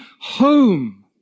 home